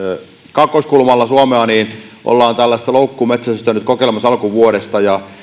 kaakkoiskulmalla suomea ollaan loukkumetsästystä nyt kokeilemassa alkuvuodesta ja